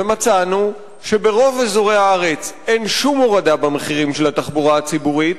ומצאנו שברוב אזורי הארץ אין שום הורדה במחירי התחבורה הציבורית.